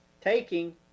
taking